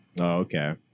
Okay